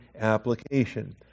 application